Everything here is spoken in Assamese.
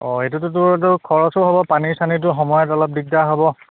অঁ এইটোতো তোৰতো খৰচো হ'ব পানীৰ চানীৰটো সময়ত অলপ দিগদাৰ হ'ব